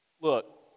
Look